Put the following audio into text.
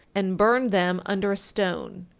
and burn them under a stone.